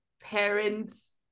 parents